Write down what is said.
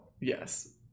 yes